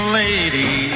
lady